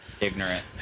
Ignorant